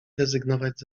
rezygnować